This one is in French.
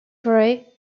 ray